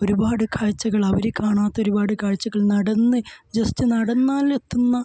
ഒരുപാട് കാഴ്ച്ചകൾ അവർ കാണാത്ത ഒരുപാട് കാഴ്ചകൾ നടന്ന് ജസ്റ്റ് നടന്നാലെത്തുന്ന